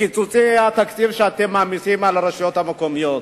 לקיצוצי התקציב שאתם מעמיסים על הרשויות המקומיות,